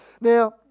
Now